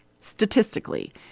statistically